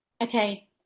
Okay